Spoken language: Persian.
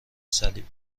صلیب